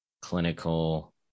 clinical